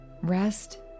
Rest